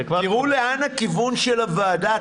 תראו לאן הכיוון של הוועדה,